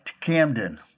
Camden